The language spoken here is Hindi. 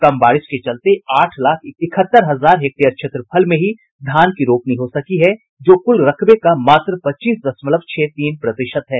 कम बारिश के चलते आठ लाख इकहत्तर हजार हेक्टेयर क्षेत्रफल में ही धान की रोपनी हो सकी है जो कुल रकबे का मात्र पच्चीस दशमलव छह तीन प्रतिशत है